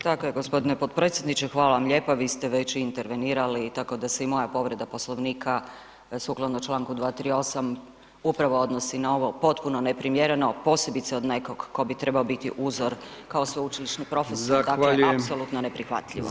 Tako je gospodine potpredsjedniče, hvala vam lijepo, vi ste već intervenirali, tako da se i moja povreda poslovnika, sukladno čl. 238. upravo odnosi na ovo potpuno neprimjereno, posebice od nekog tko bi trebao biti uzor kao sveučilišni profesor, dakle, apsolutno neprihvatljivo.